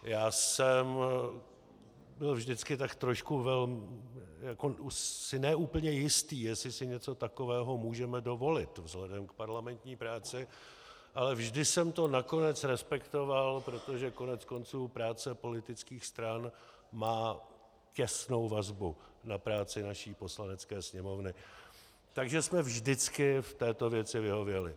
Já jsem byl vždycky tak trošku si ne úplně jistý, jestli si něco takového můžeme dovolit vzhledem k parlamentní práci, ale vždy jsem to nakonec respektoval, protože koneckonců práce politických stran má těsnou vazbu na práci naší Poslanecké sněmovny, takže jsme vždycky v této věci vyhověli.